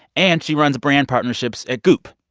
and she runs brand partnerships at goop,